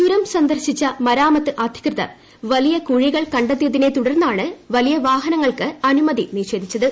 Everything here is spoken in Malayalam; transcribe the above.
ചുരം സന്ദർശിച്ച മരാമത്ത് അധികൃതർ വലിയ കുഴികൾ കണ്ടെത്തിയതിനെ തുടർന്നാണ് വലിയ വാഹനങ്ങൾക്ക് അനുമതി നിഷേധിച്ചത്